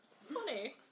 funny